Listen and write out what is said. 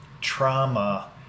trauma